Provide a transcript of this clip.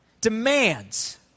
demands